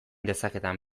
dezakedan